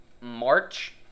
March